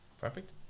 Perfect